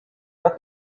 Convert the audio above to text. what